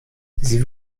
sie